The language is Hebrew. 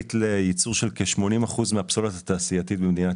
אחראית לייצור של כ-80% מהפסולת התעשייתית במדינת